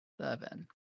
Seven